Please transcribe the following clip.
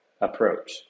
approach